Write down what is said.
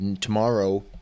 tomorrow